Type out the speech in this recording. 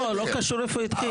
לא, לא קשור איפה התחיל.